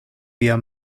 via